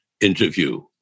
interview